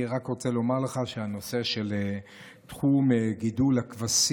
אני רק רוצה לומר לך שנושא תחום גידול הכבשים